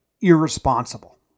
irresponsible